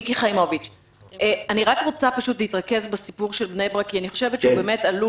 אני רוצה להתרכז בסיפור של בני ברק כי אני חושבת שהוא באמת עלול